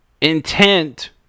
intent